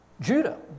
Judah